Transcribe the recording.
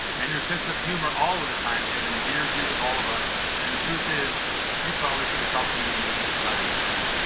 and your sense of humor all of the time have endeared you to all of us and the truth is you probably could have talked me into just about anything